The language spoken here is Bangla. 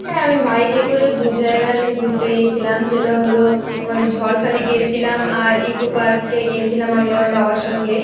হ্যাঁ আমি বাইকে করে দু জায়গায় ঘুরতে গিয়েছিলাম যেটা হলো আমাদের ঝড়খালি গিয়েছিলাম আর ইকোপার্কে গিয়েছিলাম আমি আমার বাবার সঙ্গে